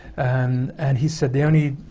and and he said, the only